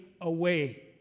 away